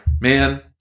man